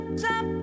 top